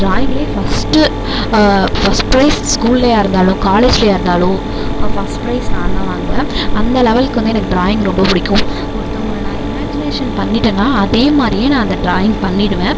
ட்ராயிங்லையே first first prize ஸ்கூல்லையா இருந்தாலும் காலேஜ்லையா இருந்தாலும் ஃபஸ்ட் ப்ரைஸ் நான்தான் வாங்குவேன் அந்த லெவலுக்கு வந்து எனக்கு ட்ராயிங் ரொம்ப பிடிக்கும் ஒருத்தவங்கள நான் இமேஜினேஷன் பண்ணிட்டேன்னா அதே மாதிரியே நான் அந்த ட்ராயிங் பண்ணிடுவேன்